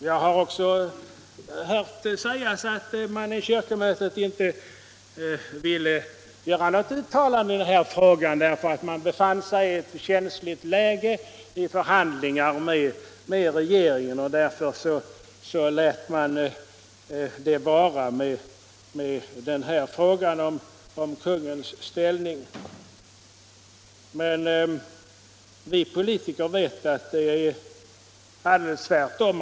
Jag har också hört sägas att kyrkomötet inte ville göra något uttalande i denna fråga, eftersom man befann sig i ett känsligt läge i förhandlingar med regeringen. Därför tog man inte närmare upp frågan om kungens ställning. Men vi politiker vet att man måste agera alldeles tvärtom.